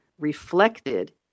reflected